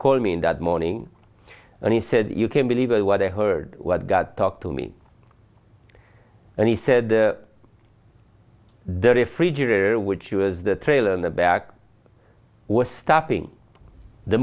called me that morning and he said you can believe what i heard god talk to me and he said the refrigerator which was the trailer in the back was stopping the